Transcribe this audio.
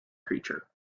creature